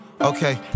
Okay